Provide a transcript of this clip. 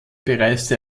bereiste